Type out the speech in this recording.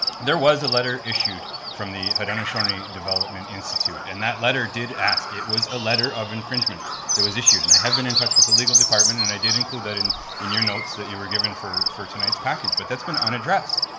there was a letter issued from the haudenosaunee development institute, and that letter did ask, it was a letter of infringement that was issued and i have been in touch with the legal department and i did include that in in your notes that you were given for for tonight's package, but that's been unaddressed.